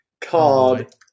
called